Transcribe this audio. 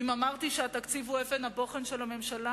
ואם אמרתי שהתקציב הוא אבן הבוחן של הממשלה,